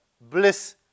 bliss